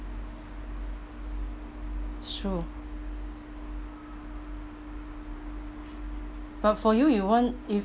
it's true but for you you want if